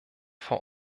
vor